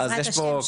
בעזרת השם.